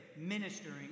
ministering